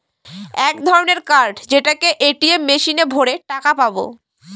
এক ধরনের কার্ড যেটাকে এ.টি.এম মেশিনে ভোরে টাকা পাবো